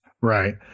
Right